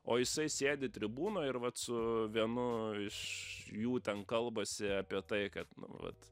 o jisai sėdi tribūnoj ir vat su vienu iš jų ten kalbasi apie tai kad nu vat